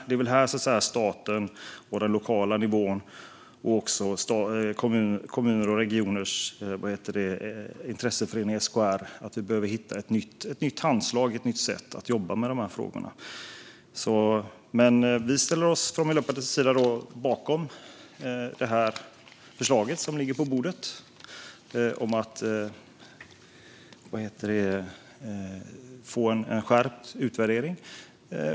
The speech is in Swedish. Det är här staten och den lokala nivån och intresseföreningen SKR behöver hitta ett nytt handslag och ett nytt sätt att jobba med de här frågorna. Vi ställer oss från Miljöpartiets sida bakom det förslag som ligger på bordet om att få en skärpt utvärdering.